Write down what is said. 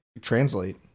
translate